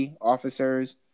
officers